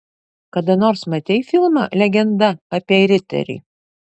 kada nors matei filmą legenda apie riterį